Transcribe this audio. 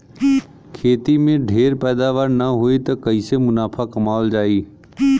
खेती में ढेर पैदावार न होई त कईसे मुनाफा कमावल जाई